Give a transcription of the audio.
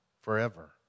forever